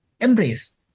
embrace